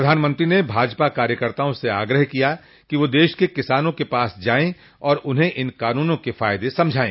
प्रधानमंत्री ने भाजपा कार्यकर्ताओं से आग्रह किया कि वे देश के किसानों के पास जाएं और उन्हें इन कानूनों के फायदे समझाएं